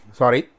sorry